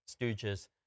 stooges